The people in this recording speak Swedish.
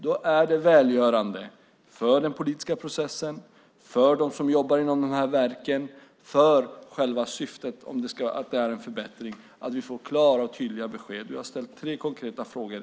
Det är välgörande för den politiska processen, för dem som jobbar inom verken och för själva syftet med en förbättring att vi får klara och tydliga besked. Jag har ställt tre konkreta frågor.